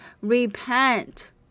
Repent